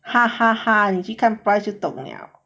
哈哈哈你去看 price 就懂了